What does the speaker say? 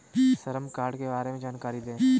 श्रम कार्ड के बारे में जानकारी दें?